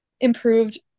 improved